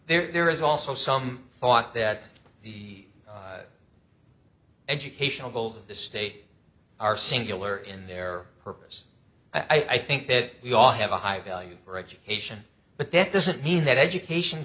was there is also some thought that the educational goals of the state are singular in their purpose i think that we all have a high value for education but that doesn't mean that education